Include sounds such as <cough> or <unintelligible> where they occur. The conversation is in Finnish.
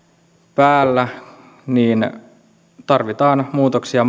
päällä tarvitaan muutoksia <unintelligible>